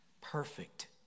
perfect